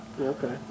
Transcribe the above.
okay